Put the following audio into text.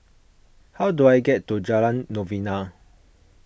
how do I get to Jalan Novena